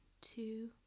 two